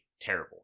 Terrible